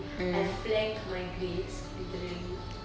I flunk my grades literally